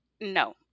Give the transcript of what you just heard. No